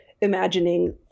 imagining